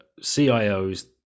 CIOs